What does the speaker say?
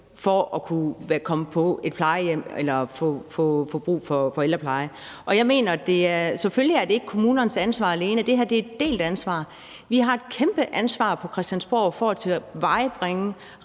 ved at komme på et plejehjem eller få brug for ældrepleje, og jeg mener, at det selvfølgelig ikke er kommunernes ansvar alene. Det her er et delt ansvar. Vi har et kæmpe ansvar på Christiansborg i forhold til at tilvejebringe